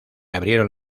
abrieron